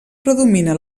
predomina